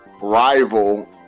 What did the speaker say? rival